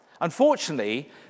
Unfortunately